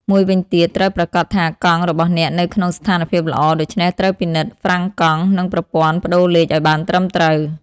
មួយវិញទៀត ត្រូវប្រាកដថាកង់របស់អ្នកនៅក្នុងស្ថានភាពល្អ ដូច្នេះត្រូវពិនិត្យហ្វ្រាំងកង់ និងប្រព័ន្ធប្ដូរលេខឲ្យបានត្រឹមត្រូវ។